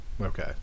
Okay